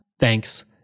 Thanks